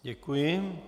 Děkuji.